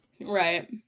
Right